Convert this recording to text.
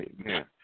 Amen